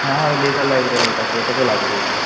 হ্যাঁ হ্যাঁ ওই লেজার লাইট বলে ওটা একটু ওটা তো লাগবেই